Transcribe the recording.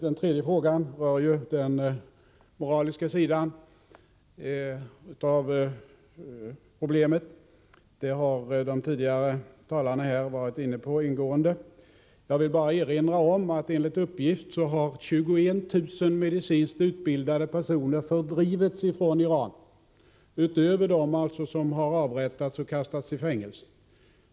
Den tredje frågan rör den moraliska sidan av problemet. Den har de tidigare talarna ingående berört. Jag vill bara erinra om att enligt uppgift har 21 000 medicinskt utbildade personer fördrivits från Iran, utöver dem som har avrättats och kastats i fängelse.